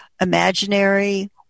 imaginary